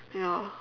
ya